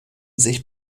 sich